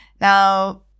Now